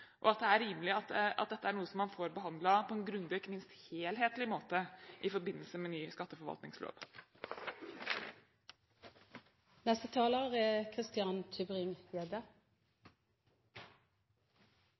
rimelig at dette er noe man får behandlet på en grundig og ikke minst helhetlig måte i forbindelse med ny skatteforvaltningslov. Skattenemndene er